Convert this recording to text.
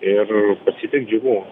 ir pas jį trikdžiai buvo